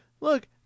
look